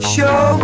Show